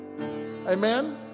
Amen